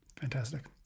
Fantastic